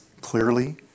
clearly